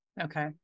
Okay